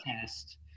test